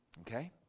Okay